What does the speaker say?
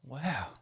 Wow